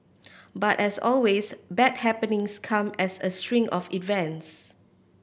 but as always bad happenings come as a string of events